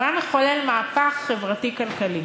הוא היה מחולל מהפך חברתי-כלכלי